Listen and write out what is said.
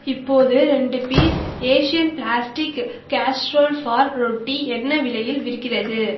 இப்போது ரெண்டு piece Asian plastic casserole for roti என்ன விலையில் விற்கிறது